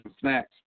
snacks